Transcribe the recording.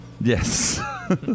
Yes